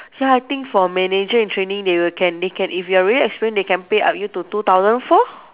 ya I think for manager in training they will can they can if you're really experienced they can pay up you to two thousand four